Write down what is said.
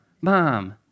mom